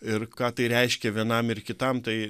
ir ką tai reiškia vienam ir kitam tai